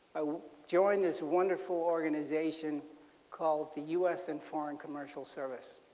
i joined this wonderful organization called the u s. and foreign commercial services